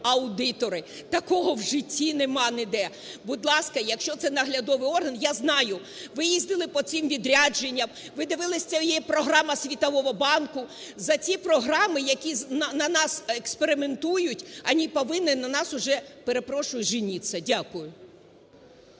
аудитори. Такого в житті немає ніде. Будь ласка, якщо це наглядовий орган, я знаю, ви їздили по цим відрядженням, ви дивились програму Світового банку, за ці програми, які на нас експериментують, вони повинні на нас уже, перепрошую, женіться. Дякую.